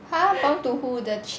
!huh! bow to who the chef